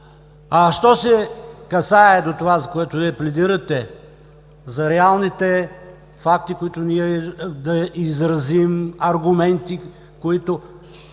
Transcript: Що се касае до това, за което Вие пледирате, за реалните факти, по които ние да изразим аргументи, които...